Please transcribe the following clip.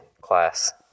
class